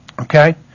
Okay